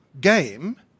game